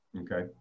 Okay